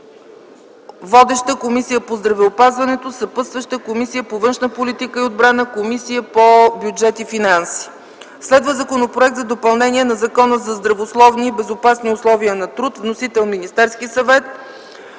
Водеща е Комисията по здравеопазването. Съпътстващи са Комисията по външна политика и отбрана и Комисията по бюджет и финанси. Законопроект за допълнение на Закона за здравословни и безопасни условия на труд - вносител е Министерският съвет.